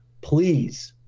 please